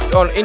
on